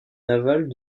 naval